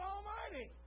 Almighty